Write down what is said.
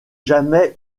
jamais